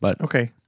Okay